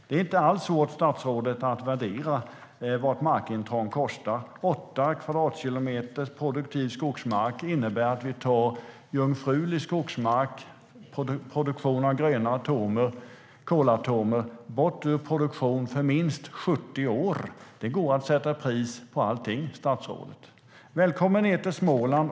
Det är inte alls svårt, statsrådet, att värdera kostnaden för markintrång. Åtta kvadratkilometer produktiv skogsmark innebär att man tar i anspråk jungfrulig skogsmark och produktion av gröna kolatomer under minst 70 år. Det går att sätta ett pris på allting. Välkommen ned till Småland!